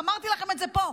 ואמרתי לכם את זה פה.